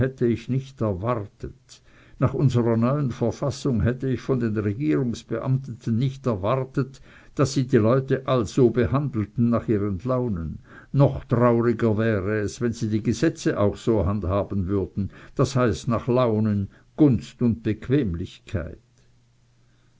hätte ich nicht erwartet nach unserer neuen verfassung hätte ich von den regierungsbeamteten nicht erwartet daß sie die leute also behandelten nach ihren launen noch trauriger wäre es wenn sie die gesetze auch so handhaben würden das heißt nach launen gunst und bequemlichkeit